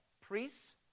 priests